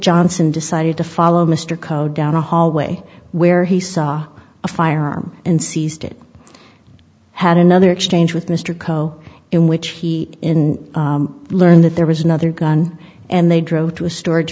johnson decided to follow mr coe down the hallway where he saw a firearm and seized it had another exchange with mr coe in which he learned that there was another gun and they drove to a storage